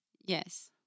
Yes